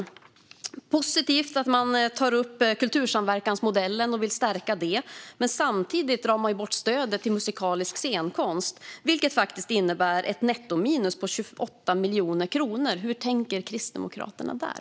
Det är positivt att man tar upp kultursamverkansmodellen och vill stärka den, men samtidigt drar man bort stödet till musikalisk scenkonst, vilket faktiskt innebär ett nettominus på 28 miljoner kronor. Hur tänker Kristdemokraterna där?